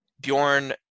Bjorn